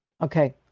Okay